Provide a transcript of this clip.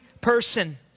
person